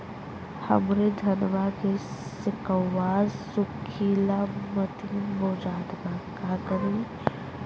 हमरे धनवा के सीक्कउआ सुखइला मतीन बुझात बा का करीं?